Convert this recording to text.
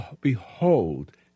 behold